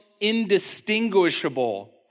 indistinguishable